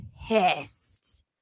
pissed